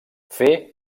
fer